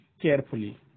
carefully